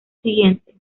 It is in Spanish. siguiente